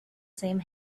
same